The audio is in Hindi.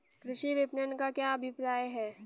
कृषि विपणन का क्या अभिप्राय है?